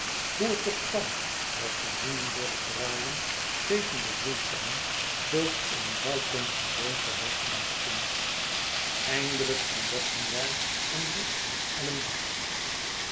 hoe het toch kwam dat de riemen door het draaien tegen de roeipennen zulk een buitengewoon gerucht maakten eindelijk ontdekten wij een licht en een dak